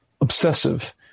obsessive